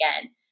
again